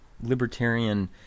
libertarian